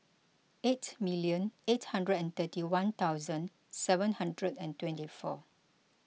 eight million eight hundred and thirty one thousand seven hundred and twenty four